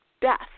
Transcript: death